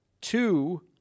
two